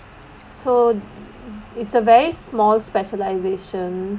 so it's a very small specialisation